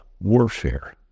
warfare